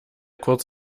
kurz